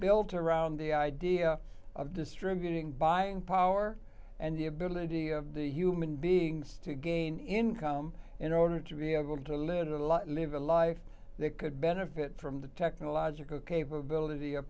built around the idea of distributing buying power and the ability of the human beings to gain income in order to be able to live a little live a life that could benefit from the technological capability of